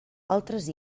altres